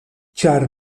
ĉar